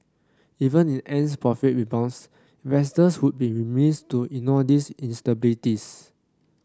even if Ant's profit rebounds investors would be remiss to ignore these instabilities